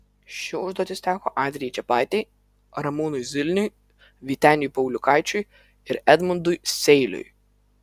ši užduotis teko adrijai čepaitei ramūnui zilniui vyteniui pauliukaičiui ir edmundui seiliui